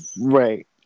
Right